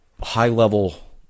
high-level